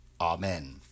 Amen